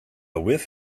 whiff